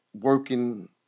Working